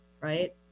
right